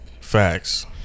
Facts